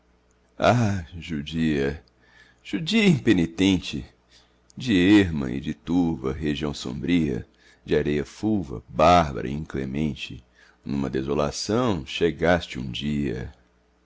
judia judia impenitente de erma e de turva região sombria de areia fulva bárbara inclemente numa desolação chegaste um dia